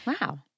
Wow